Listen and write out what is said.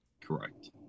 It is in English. Correct